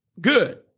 Good